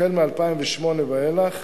החל מ-2008 ואילך,